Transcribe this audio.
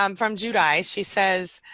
um from giudice, she says